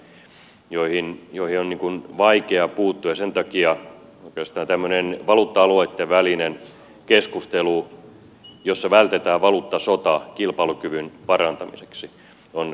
nämä ovat niitä asioita joihin on vaikea puuttua ja sen takia oikeastaan tämmöinen valuutta alueitten välinen keskustelu jossa vältetään valuuttasota kilpailukyvyn parantamiseksi on ensiarvoisen tärkeää